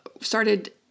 started